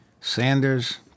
Sanders